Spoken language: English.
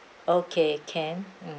okay can